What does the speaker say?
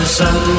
sun